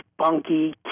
spunky